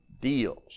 deals